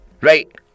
Right